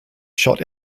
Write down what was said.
shot